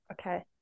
okay